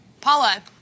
Paula